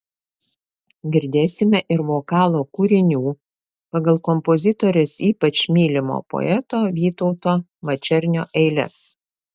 girdėsime ir vokalo kūrinių pagal kompozitorės ypač mylimo poeto vytauto mačernio eiles